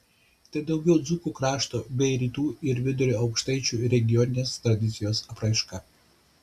tai daugiau dzūkų krašto bei rytų ir vidurio aukštaičių regioninės tradicijos apraiška